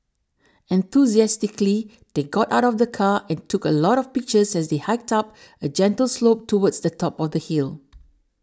enthusiastically they got out of the car and took a lot of pictures as they hiked up a gentle slope towards the top of the hill